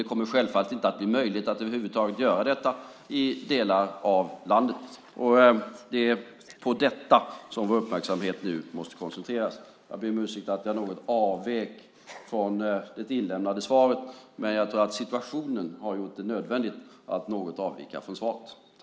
Det kommer självfallet inte att bli möjligt att över huvud taget göra detta i delar av landet. Det är på detta som vår uppmärksamhet nu måste koncentreras. Jag ber om ursäkt för att jag avvek något från det inlämnade svaret, men jag tror att situationen har gjort det nödvändigt att något avvika från svaret.